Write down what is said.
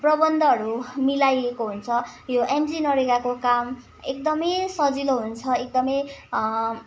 प्रबन्धहरू मिलाइएको हुन्छ यो एमजिनरेगाको काम एकदमै सजिलो हुन्छ एकदमै